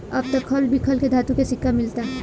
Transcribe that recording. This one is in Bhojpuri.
अब त खल बिखल के धातु के सिक्का मिलता